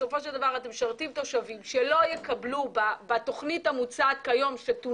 בסופו של דבר אתם משרתים תושבים שלא יקבלו כיום בתוכנית המוצעת שתונח